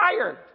tired